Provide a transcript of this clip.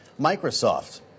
Microsoft